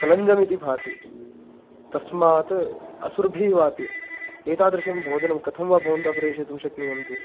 कलञ्जम् इति भाति तस्मात् असुर्भिः वाति एतादृशं भोजनं कथं वा भवन्तः प्रेषितुं शक्नुवन्ति